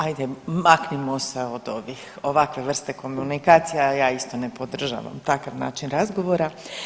Ajde maknimo se od ovih, ovakve vrste komunikacija ja isto ne podržavam takav način razgovora.